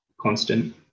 constant